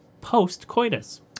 post-coitus